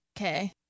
Okay